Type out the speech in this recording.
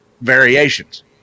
variations